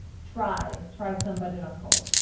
try try some budget on cold.